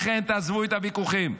לכן תעזבו את הוויכוחים,